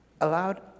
allowed